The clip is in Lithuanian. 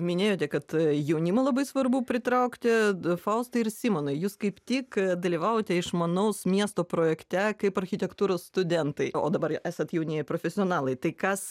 minėjote kad jaunimą labai svarbu pritraukti faustai ir simonai jūs kaip tik dalyvavote išmanaus miesto projekte kaip architektūros studentai o dabar esat jaunieji profesionalai tai kas